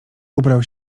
ubrał